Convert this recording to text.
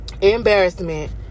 embarrassment